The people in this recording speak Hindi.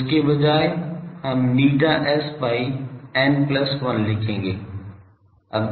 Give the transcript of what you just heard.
तो इसके बजाय हम ηs by n plus 1 लिखेंगे